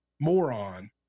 moron